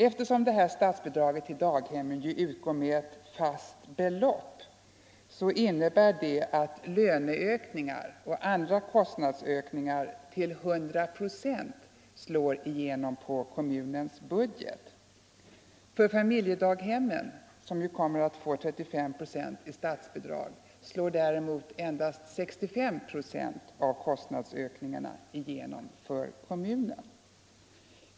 Detta att statsbidrag till daghemmen utgår med ett fast belopp innebär att löneökningar och andra kostnadsökningar till 100 procent slår igenom på kommunens budget. För familjedaghem, som nu kommer att få 35 procent i statsbidrag, slår däremot endast 65 procent av kostnadsökningarna igenom på kommunerna.